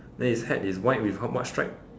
then his hat is white with how much stripe